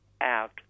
out